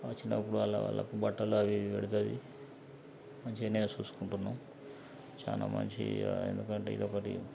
వచ్చినప్పుడల్లా వాళ్ళకు బట్టలు అవి ఇవి పెడుతుంది మంచిగానే చూసుకుంటున్నాం చాలా మంచి ఎందుకంటే ఇదొకటి